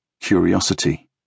Curiosity